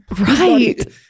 Right